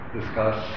discuss